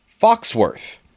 Foxworth